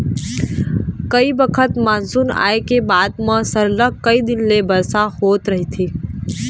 कइ बखत मानसून आए के बाद म सरलग कइ दिन ले बरसा होवत रहिथे